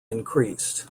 increased